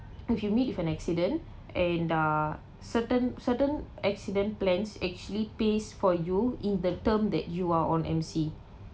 if you meet with an accident and the certain certain accident plans actually pays for you in the term that you are on M_C